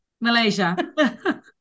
Malaysia